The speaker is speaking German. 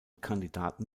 kandidaten